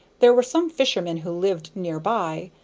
there were some fishermen who lived near by,